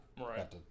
Right